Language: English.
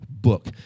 book